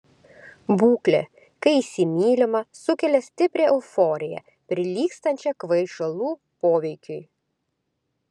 būklė kai įsimylima sukelia stiprią euforiją prilygstančią kvaišalų poveikiui